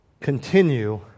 continue